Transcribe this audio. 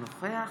אינו נוכח